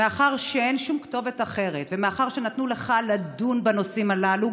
מאחר שאין שום כתובת אחרת ומאחר שנתנו לך לדון בנושאים הללו,